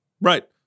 Right